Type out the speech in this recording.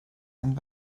and